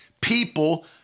people